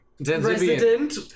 Resident